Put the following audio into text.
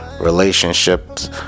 relationships